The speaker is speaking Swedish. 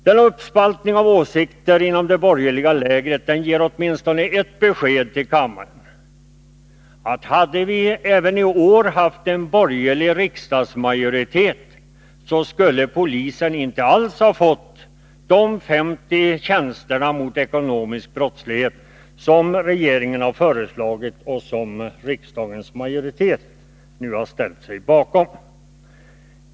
Denna uppspaltning av åsikter inom det borgerliga lägret ger åtminstone ett besked till kammaren: hade vi även i år haft en borgerlig riksdagsmajoritet, skulle polisen inte alls ha fått de 50 tjänster mot ekonomisk brottslighet som regeringen föreslår och riksdagens majoritet nu kommer att ställa sig bakom.